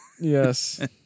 Yes